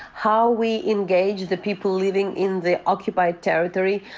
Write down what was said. how we engage the people living in the occupied territory,